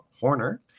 Horner